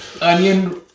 onion